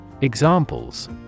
Examples